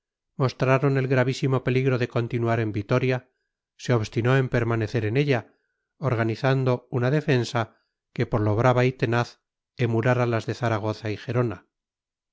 mostraron el gravísimo peligro de continuar en vitoria se obstinó en permanecer en ella organizando una defensa que por lo brava y tenaz emulara las de zaragoza y gerona